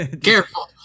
careful